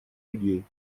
людей